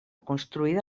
construïda